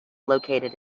located